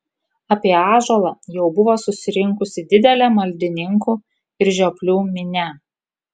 apie ąžuolą jau buvo susirinkusi didelė maldininkų ir žioplių minia